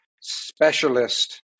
specialist